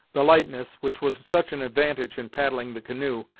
the lightness, which was such an advantage in paddling the canoe,